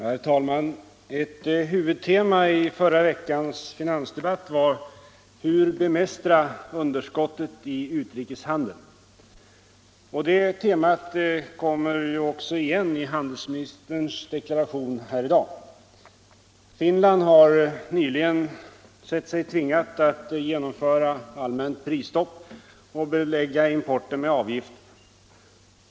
Herr talman! Ett huvudtema i förra veckans finansdebatt var: Hur bemästra underskottet i utrikeshandeln? Det temat kommer också igen i handelsministerns deklaration i dag. Finland har nyligen sett sig tvingat att genomföra allmänt prisstopp och belägga importen med avgifter.